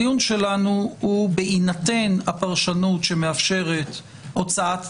הדיון שלנו הוא בהינתן הפרשנות שמאפשרת הוצאת צווים,